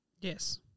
Yes